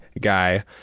guy